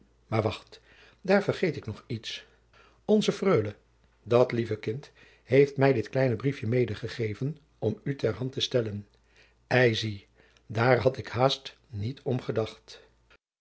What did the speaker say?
maar wacht daar vergeet ik nog iets onze freule dat lieve kind heeft mij dit kleine briefje medegegeven om u ter hand te stellen ei zie daar had ik haast niet om gedacht